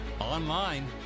online